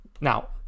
Now